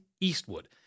Eastwood